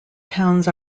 towns